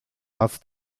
has